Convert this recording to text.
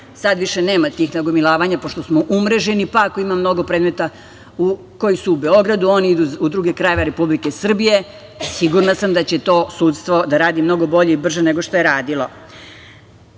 Sad više nema tih nagomilavanja pošto smo umreženi, pa ako ima mnogo predmeta koji su u Beogradu, oni idu u druge krajeve Republike Srbije. Sigurna sam da će to sudstvo da radi mnogo bolje i brže nego što je radilo. Sada